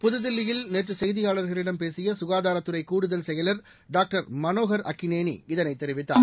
புதுதில்லியில் நேற்று செய்தியாளர்களிடம் பேசிய சுகாதாரத்துறை கூடுதல் செயலர் டாக்டர் மனோகர் அக்னேனி இதனைத் தெரிவித்தார்